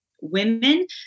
women